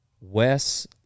Wes